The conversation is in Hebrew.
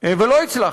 ולא הצלחתי.